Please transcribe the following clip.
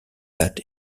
that